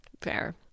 Fair